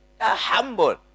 humble